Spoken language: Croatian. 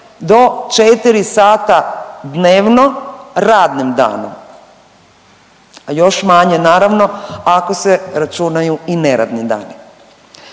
do 4 sata dnevno radnim danom. A još manje, naravno, ako se računaju i neradni dani.